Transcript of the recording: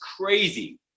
crazy